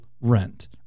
rent